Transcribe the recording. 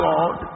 God